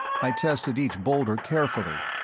i tested each boulder carefully,